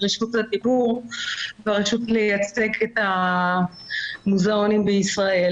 והרשות לייצג את המוזיאונים בישראל.